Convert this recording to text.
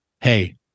hey